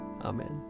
Amen